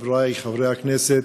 חברי חברי הכנסת,